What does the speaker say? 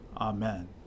Amen